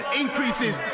increases